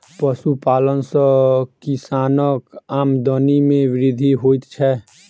पशुपालन सॅ किसानक आमदनी मे वृद्धि होइत छै